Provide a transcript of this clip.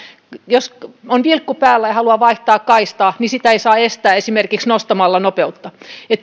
jos on vilkku päällä ja haluaa vaihtaa kaistaa niin sitä ei saa estää esimerkiksi nostamalla nopeutta